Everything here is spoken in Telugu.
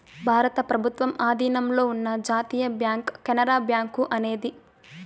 భారత ప్రభుత్వం ఆధీనంలో ఉన్న జాతీయ బ్యాంక్ కెనరా బ్యాంకు అనేది